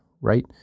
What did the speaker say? right